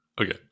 Okay